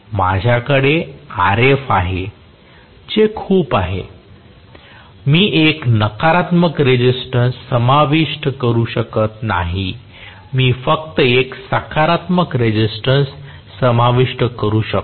माझ्याकडे Rf आहे जे खूप आहे मी एक नकारात्मक रेसिस्टन्स समाविष्ट करू शकत नाही मी फक्त एक सकारात्मक रेसिस्टन्स समाविष्ट करू शकतो